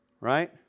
Right